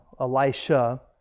Elisha